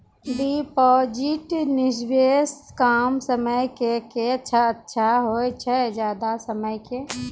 Deposit निवेश कम समय के के अच्छा होय छै ज्यादा समय के?